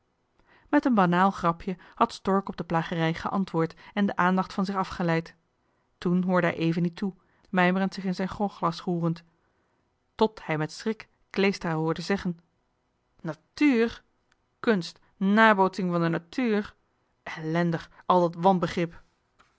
met een banaal grapje had stork op de plagerij geantwoord en de aandacht van zich afgeleid toen hoorde hij even niet toe mijmerend in zijn grogglas roerend tot hij met schrik kleestra hoorde zeggen natuur kunst nabootsing van de natuur ellendig al dat